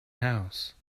house